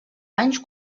anys